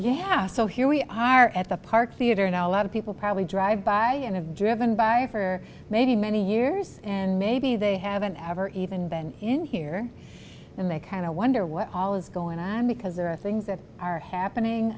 yeah so here we are at the park theater and a lot of people probably drive by and have driven by for many many years and maybe they haven't ever even been in here and they kind of wonder what all is going on because there are things that are happening